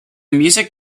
music